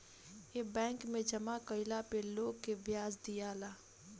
ए bank मे जामा कइला पे लोग के ब्याज दियाला